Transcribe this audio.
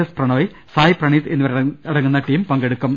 S Prannoy Sai Praneeth എന്നിവരടങ്ങുന്ന team പങ്കെടുക്കും